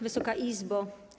Wysoka Izbo!